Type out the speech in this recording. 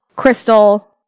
Crystal